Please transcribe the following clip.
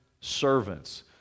servants